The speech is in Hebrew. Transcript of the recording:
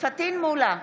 פטין מולא,